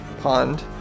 Pond